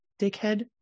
dickhead